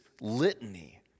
litany